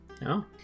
No